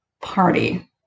party